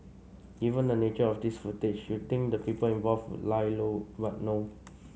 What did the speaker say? given the nature of this footage you think the people involved would lie low but no